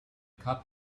cup